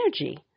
energy